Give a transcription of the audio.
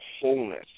wholeness